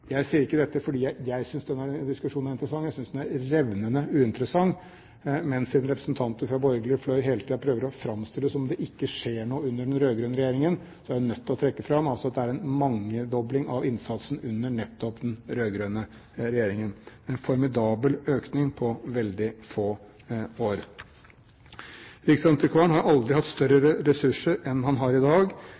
er revnende uinteressant, men siden representanter fra den borgerlige fløy hele tiden prøver å framstille det som om det ikke skjer noe under den rød-grønne regjeringen, er jeg nødt til å trekke fram at det altså er en mangedobling av innsatsen under nettopp den rød-grønne regjeringen – en formidabel økning på veldig få år. Riksantikvaren har aldri hatt større ressurser enn han har i dag.